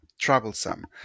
troublesome